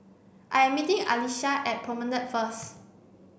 I am meeting Alesia at Promenade first